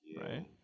right